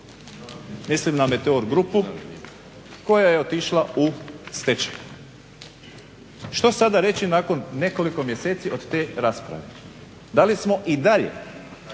mislim na Meteor grupu koja je otišla u stečaj. Što sada reći nakon nekoliko mjeseci od te rasprave? Da li smo i dalje